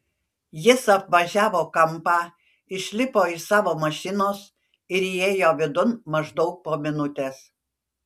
jis apvažiavo kampą išlipo iš savo mašinos ir įėjo vidun maždaug po minutės